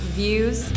views